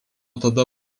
tada